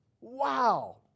wow